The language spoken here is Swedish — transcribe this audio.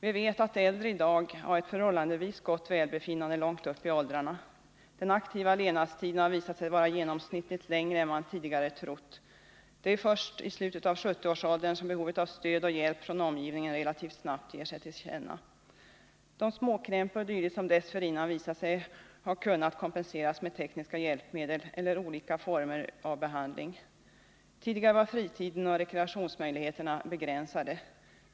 Vi vet att äldre i dag har ett förhållandevis gott välbefinnande långt upp i åldrarna. Den aktiva levnadstiden har visat sig vara genomsnittligt längre än man tidigare trott. Det är först i slutet av 70-årsåldern som behovet av stöd och hjälp från omgivningen relativt snabbt ger sig till känna. De småkrämpor o. d. som dessförinnan visat sig har kunnat kompenseras med tekniska hjälpmedel eller olika former av behandling. Tidigare var fritiden och rekreationsmöjligheterna begränsade.